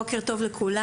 בוקר טוב לכולם.